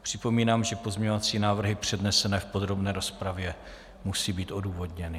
Připomínám, že pozměňovací návrhy přednesené v podrobné rozpravě musí být odůvodněny.